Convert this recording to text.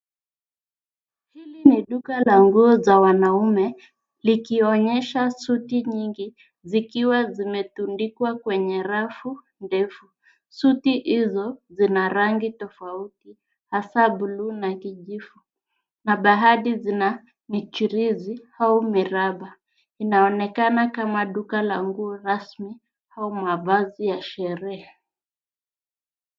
Hili ni duka la nguo za wanaume likionyesha suti nyingi zikiwa zimetundikwa kwenye rafu ndefu. Suti hizo zina rangi tofauti hasa buluu na kijivu na baadhi zina michirizi au miraba. Inaonekana kama duka la nguo rasmi au mavazi ya sherehe.